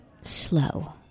slow